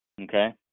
Okay